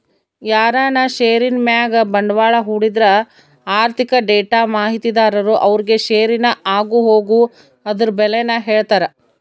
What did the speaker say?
ಯಾರನ ಷೇರಿನ್ ಮ್ಯಾಗ ಬಂಡ್ವಾಳ ಹೂಡಿದ್ರ ಆರ್ಥಿಕ ಡೇಟಾ ಮಾಹಿತಿದಾರರು ಅವ್ರುಗೆ ಷೇರಿನ ಆಗುಹೋಗು ಅದುರ್ ಬೆಲೇನ ಹೇಳ್ತಾರ